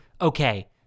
okay